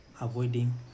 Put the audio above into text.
avoiding